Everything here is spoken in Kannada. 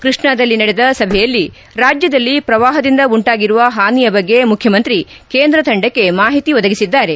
ಕೃಷ್ಣಾದಲ್ಲಿ ನಡೆದ ಸಭೆಯಲ್ಲಿ ರಾಜ್ಯದಲ್ಲಿ ಪ್ರವಾಪದಿಂದ ಉಂಟಾಗಿರುವ ಹಾನಿಯ ಬಗ್ಗೆ ಮುಖ್ಯಮಂತ್ರಿ ಕೇಂದ್ರ ತಂಡಕ್ಕೆ ಮಾಹಿತಿ ಒದಗಿಸಿದ್ದಾರೆ